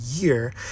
year